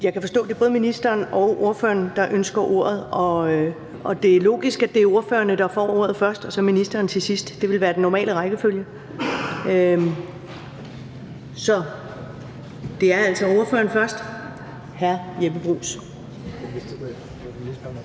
Jeg kan forstå, at det både er ministeren og ordføreren, der ønsker ordet, og det er logisk, at det er ordførerne, der får ordet først, og så ministeren til sidst. Det vil være den normale rækkefølge. Så det er altså ordføreren, hr. Jeppe Bruus,